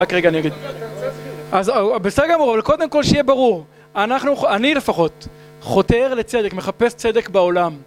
רק רגע אני אגיד... אז בסדר גמור, אבל קודם כל שיהיה ברור אנחנו, אני לפחות חותר לצדק, מחפש צדק בעולם